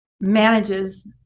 manages